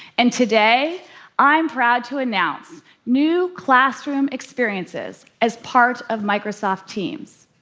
and today i'm proud to announce new classroom experiences as part of microsoft teams.